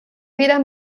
weder